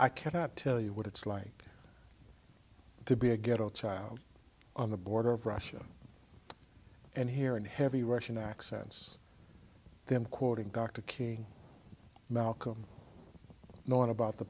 i cannot tell you what it's like to be a ghetto child on the border of russia and here in heavy russian accents them quoting dr king malcolm knowing about the